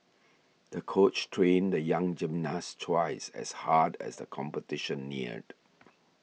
the coach trained the young gymnast twice as hard as the competition neared